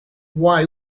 why